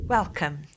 Welcome